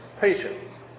patience